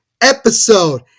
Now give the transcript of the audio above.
episode